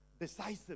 Decisive